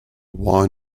why